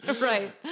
Right